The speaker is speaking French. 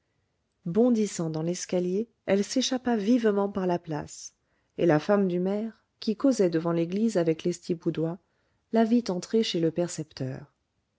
bondissant dans l'escalier elle s'échappa vivement par la place et la femme du maire qui causait devant l'église avec lestiboudois la vit entrer chez le percepteur